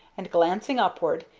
and, glancing upward,